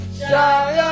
shine